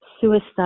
suicide